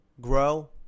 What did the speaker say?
Grow